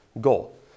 goal